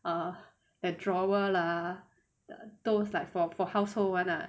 err the drawer lah the those is like for for household [one] lah